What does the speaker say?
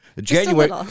January